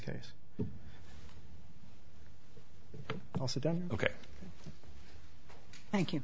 case also done ok thank you